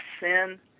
sin